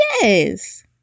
Yes